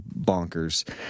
bonkers